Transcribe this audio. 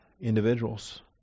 individuals